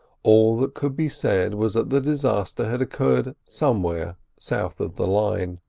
all that could be said was that the disaster had occurred somewhere south of the line.